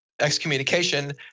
excommunication